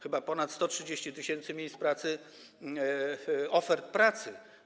Chyba ponad 130 tys. miejsc pracy, ofert pracy.